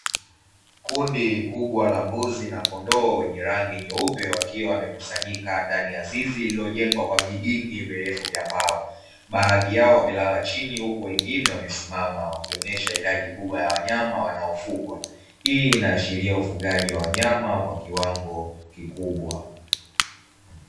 Kundi kubwa la mbuzi na kondoo wenye rangi nyeupe wakiwa wamekusanyika ndani ya zizi lililojengwa kwa vidingi virefu vya mbao. Baadhi yao wamelala chini huku wengine wamesimama, wakionyesha idadi kubwa ya wanyama wanaofugwa. Hii inaashiria ufugaji wa wanyama wa kiwango kikubwa.